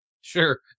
Sure